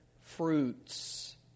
fruits